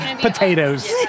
Potatoes